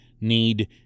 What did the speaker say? need